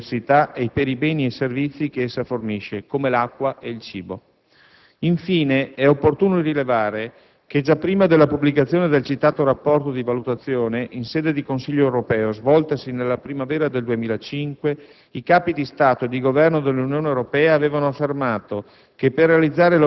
per la biodiversità e per i beni e servizi che essa fornisce, come l'acqua e il cibo". Infine, è opportuno rilevare che, già prima della pubblicazione del citato rapporto di valutazione, in sede di Consiglio europeo svoltosi nella primavera 2005, i Capi di Stato e di Governo dell'Unione Europea avevano affermato